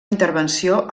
intervenció